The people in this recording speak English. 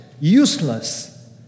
useless